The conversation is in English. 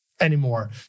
anymore